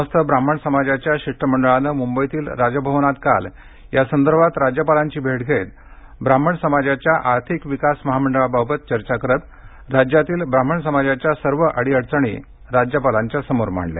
समस्त ब्राह्मण समाजाच्या शिष्टमंडळाने मुंबईतील राजभवनात काल यासंदर्भात राज्यपालांची भेट घेत ब्राह्मण समाजाच्या आर्थिक विकास महामंडळाबाबात चर्चा करत राज्यातील ब्राह्मण समाजाच्या सर्व अडीअडचणी राज्यपालांसमोर मांडल्या